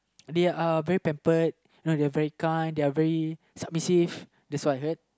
they are very pampered you know they are very kind they are very submissive that's why